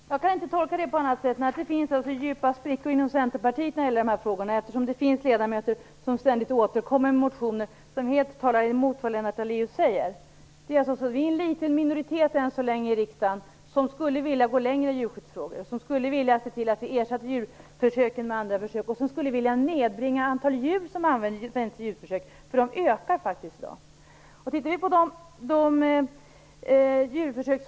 Herr talman! Jag kan inte tolka det på annat sätt än att det finns djupa sprickor inom Centerpartiet i dessa frågor, eftersom det finns ledamöter som ständigt återkommer med motioner vilka helt talar emot det som Lennart Daléus säger. Vi är än så länge en liten minoritet i riksdagen som skulle vilja gå längre i djurskyddsfrågor, som skulle vilja att djurförsöken ersattes med andra försök och som skulle vilja att antalet djur som används vid djurförsök nedbringades. Det antalet ökar faktiskt i dag.